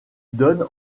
donne